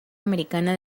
americana